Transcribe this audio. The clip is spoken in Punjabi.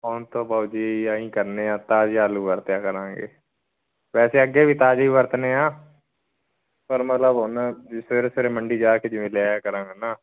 ਹੁਣ ਤਾਂ ਬਾਊ ਜੀ ਅਸੀਂ ਕਰਦੇ ਹਾਂ ਤਾਜ਼ਾ ਆਲੂ ਵਰਤਿਆ ਕਰਾਂਗੇ ਵੈਸੇ ਅੱਗੇ ਵੀ ਤਾਜ਼ੇ ਹੀ ਵਰਤਦੇ ਹਾਂ ਪਰ ਮਤਲਬ ਹੁਣ ਸਵੇਰੇ ਸਵੇਰੇ ਮੰਡੀ ਜਾ ਕੇ ਜਿਵੇਂ ਲੈ ਆਇਆ ਕਰਾਂਗਾ ਨਾ